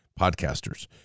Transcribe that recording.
podcasters